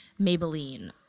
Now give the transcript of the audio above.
Maybelline